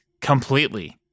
completely